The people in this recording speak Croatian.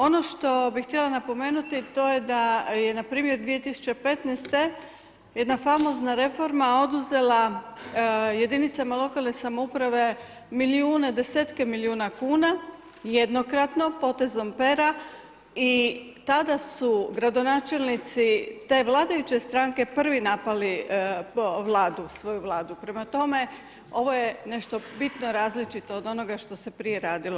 Ono što bih htjela napomenuti to je da je npr. 2015. jedna famozna reforma oduzela jedinicama lokalne samouprave milijune, desetke milijune kuna jednokratno, potezom pera i tada su gradonačelnici te vladajuće stranke prvi napali vladu, svoju vladu, prema tome ovo je nešto bitno različito od onoga što se prije radilo.